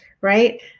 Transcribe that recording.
right